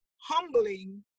humbling